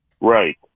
Right